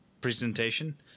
presentation